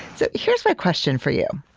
so here's my question for you.